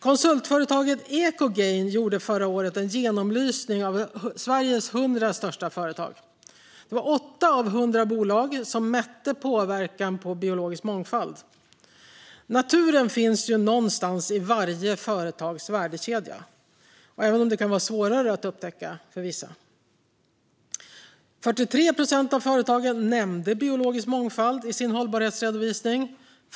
Konsultföretaget Ecogain gjorde förra året en genomlysning av Sveriges 100 största företag. Det var 8 av 100 bolag som mätte påverkan på biologisk mångfald. Naturen finns någonstans i varje företags värdekedja, även om det kan vara svårare att upptäcka för vissa. 43 procent av företagen nämnde biologisk mångfald i sin hållbarhetsredovisning.